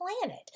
planet